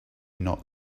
not